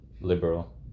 liberal